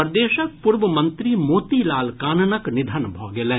प्रदेशक पूर्व मंत्री मोती लाल काननक निधन भऽ गेलनि